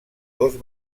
dos